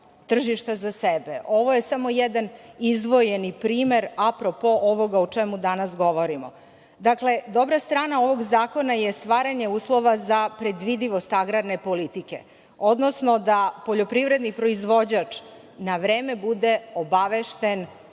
tržište za sebe. Ovo je samo jedan izdvojeni primer apropo ovoga o čemu danas govorimo. Dakle, dobra strana ovog zakona je stvaranje uslova za predvidivost agrarne politike, odnosno da poljoprivredni proizvođač na vreme bude obavešten